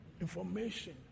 information